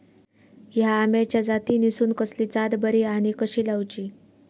हया आम्याच्या जातीनिसून कसली जात बरी आनी कशी लाऊची?